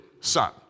son